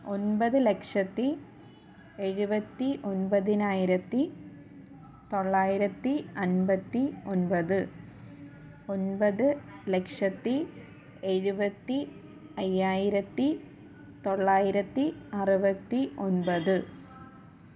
ഒൻപത് ലക്ഷത്തി എഴുപത്തി ഒൻപതിനായിരത്തി തൊള്ളായിരത്തി അൻപത്തി ഒൻപത് ഒൻപത് ലക്ഷത്തി എഴുപത്തി അയ്യായിരത്തി തൊള്ളായിരത്തി അറുപത്തി ഒൻപത്